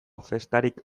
festarik